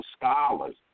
scholars